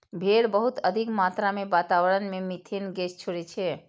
भेड़ बहुत अधिक मात्रा मे वातावरण मे मिथेन गैस छोड़ै छै